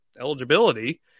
eligibility